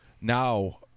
Now